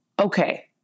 Okay